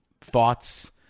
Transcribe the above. thoughts